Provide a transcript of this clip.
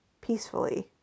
peacefully